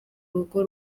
rugo